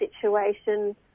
situation